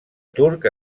turc